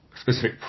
specific